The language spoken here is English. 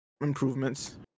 improvements